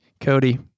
Cody